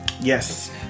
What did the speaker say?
Yes